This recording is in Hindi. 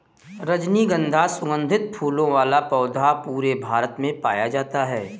रजनीगन्धा सुगन्धित फूलों वाला पौधा पूरे भारत में पाया जाता है